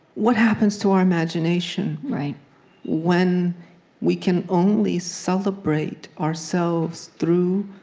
what happens to our imagination when we can only celebrate ourselves through